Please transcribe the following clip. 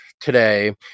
today